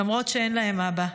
למרות שאין להם אבא.